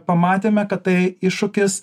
pamatėme kad tai iššūkis